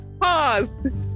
pause